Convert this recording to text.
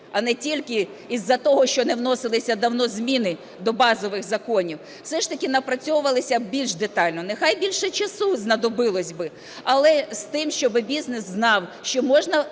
а не тільки із-за того, що не вносилися давно зміни до базових законів, все ж таки напрацьовувалися більш детально. Нехай більше часу знадобилось би, але з тим, щоб бізнес знав, що можна